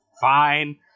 fine